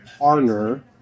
partner